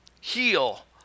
heal